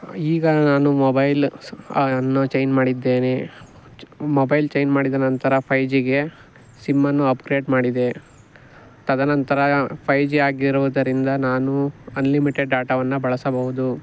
ಈಗ ನಾನು ಮೊಬೈಲ್ ಸ್ ಅನ್ನು ಚೈನ್ ಮಾಡಿದ್ದೇನೆ ಚ್ ಮೊಬೈಲ್ ಚೈನ್ ಮಾಡಿದ ನಂತರ ಫೈ ಜಿಗೆ ಸಿಮ್ಮನ್ನು ಅಪ್ಗ್ರೇಡ್ ಮಾಡಿದೆ ತದನಂತರ ಫೈಜಿ ಆಗಿರುವುದರಿಂದ ನಾನು ಅನ್ಲಿಮಿಟೆಡ್ ಡಾಟಾವನ್ನು ಬಳಸಬಹುದು